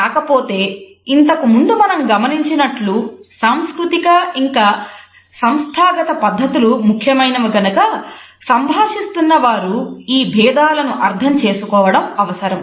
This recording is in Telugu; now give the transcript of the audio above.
కాకపోతే ఇంతకుముందు మనం గమనించినట్లు సాంస్కృతిక ఇంకా సంస్థాగత పద్ధతులు ముఖ్యమైనవి కనుక సంభాషిస్తున్న వారు ఈ భేదాలను అర్థం చేసుకోవడం అవసరం